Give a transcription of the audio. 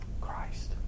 Christ